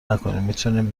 نکنین، نمیتونین